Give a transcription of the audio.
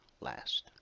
last